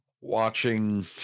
watching